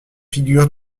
figurent